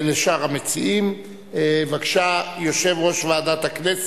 שכל פעם מחדש אני יודע למה אני אוהב אותו.